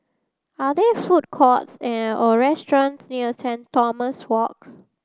are there food courts and or restaurants near St Thomas Walk